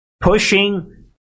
pushing